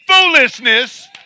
foolishness